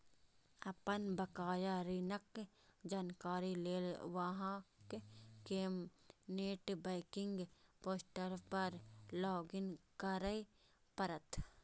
अपन बकाया ऋणक जानकारी लेल अहां कें नेट बैंकिंग पोर्टल पर लॉग इन करय पड़त